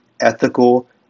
ethical